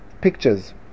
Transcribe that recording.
pictures